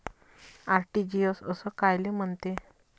RTGS कायले म्हनते?